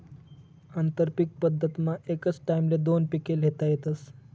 आंतरपीक पद्धतमा एकच टाईमले दोन पिके ल्हेता येतस